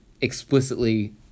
explicitly